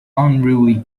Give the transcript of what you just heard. unruly